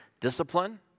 discipline